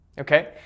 Okay